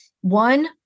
one